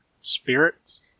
Spirits